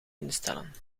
instellen